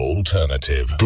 Alternative